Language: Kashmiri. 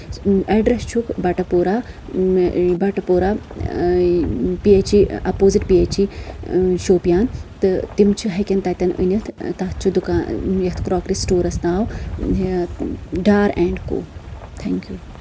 اٮ۪ڈرَس چھُکھ بَٹہٕ بوٗرا بٹہٕ پوٗرا P H E opposite P H E Shopian تہٕ تِم چھِ ہٮ۪کن تَتٮ۪ن أنِتھ تَتھ چھُ دُکان یَتھ کراکری سُٹورَس ناو ڈار اینٛڈ کو تھیٚنکیوٗ